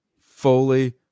fully